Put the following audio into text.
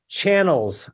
channels